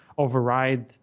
Override